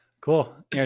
Cool